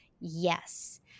yes